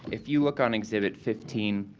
if you look on exhibit fifteen,